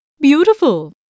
Beautiful